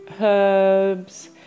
herbs